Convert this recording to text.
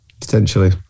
potentially